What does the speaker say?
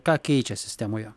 ką keičia sistemoje